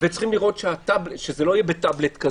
וצריכים לראות שזה לא יהיה בטאבלט,